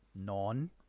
Non